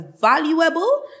valuable